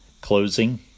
closing